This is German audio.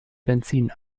benzin